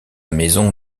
maison